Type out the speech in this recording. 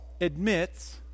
admits